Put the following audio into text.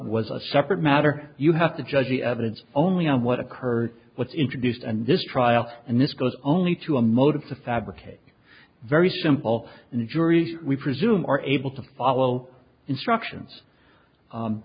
was a separate matter you have to judge the evidence only on what occurred what's introduced and this trial and this goes only to a motive to fabricate a very simple and juries we presume are able to follow instructions